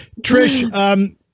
Trish